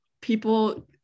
people